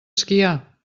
esquiar